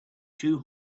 two